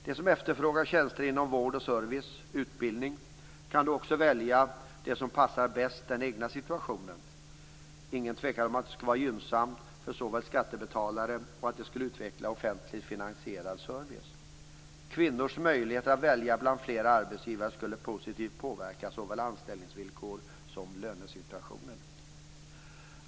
De som efterfrågar tjänster inom vård, service och utbildning kan då välja det som bäst passar den egna situationen. Ingen tvekan om att det skulle vara gynnsamt för såväl skattebetalare som att det skulle utveckla offentligt finansierad service. Kvinnors möjligheter att få välja bland flera arbetsgivare skulle positivt påverka såväl anställningsvillkor som lönesituationen.